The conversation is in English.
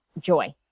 joy